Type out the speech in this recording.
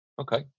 Okay